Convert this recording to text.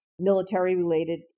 military-related